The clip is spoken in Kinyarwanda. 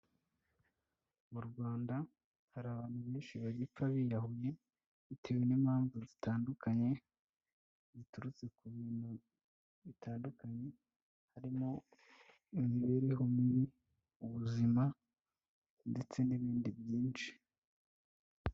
Mu Rwanda hari abantu benshi bagipfa biyahuye bitewe n'impamvu zitandukanye ziturutse ku bintu bitandukanye harimo imibereho mibi, ubuzima ndetse n'ibindi byinshi.